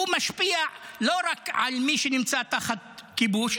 הוא משפיע לא רק על מי שנמצא תחת כיבוש,